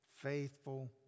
faithful